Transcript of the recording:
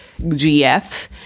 GF